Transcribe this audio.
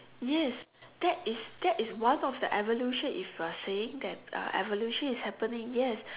yes that is that is what of the evolution if you are saying that evolution is happening yes